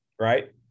Right